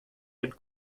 del